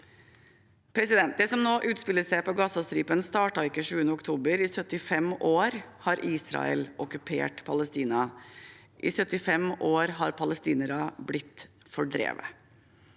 trengs. Det som nå utspiller seg på Gazastripen, startet ikke 7. oktober. I 75 år har Israel okkupert Palestina. I 75 år har palestinere blitt fordrevet.